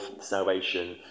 salvation